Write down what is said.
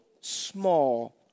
small